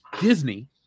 Disney